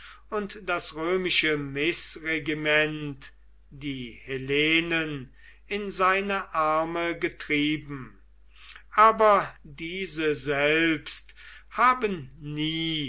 und das römische mißregiment die hellenen in seine arme getrieben aber diese selbst haben nie